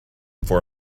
for